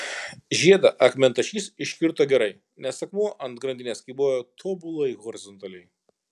žiedą akmentašys iškirto gerai nes akmuo ant grandinės kybojo tobulai horizontaliai